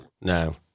No